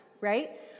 right